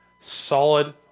Solid